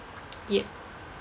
ya